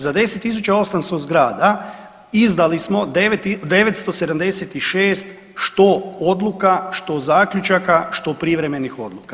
Za 10 800 zgrada izdali smo 976 što odluka, što zaključaka, što privremenih odluka.